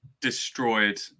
destroyed